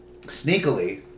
sneakily